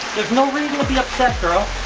there's no reason to be upset girl.